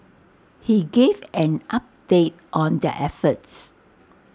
he gave an update on their efforts